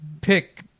pick